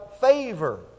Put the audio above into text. favor